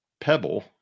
pebble